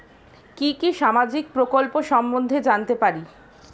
কি কি সামাজিক প্রকল্প সম্বন্ধে জানাতে পারি?